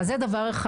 אז זה דבר אחד,